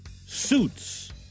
Suits